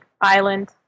Island